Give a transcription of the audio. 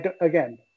again